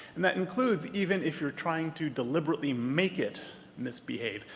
and that includes, even if you're trying to deliberately make it misbehave,